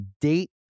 date